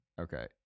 Okay